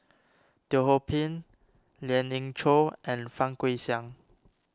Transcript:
Teo Ho Pin Lien Ying Chow and Fang Guixiang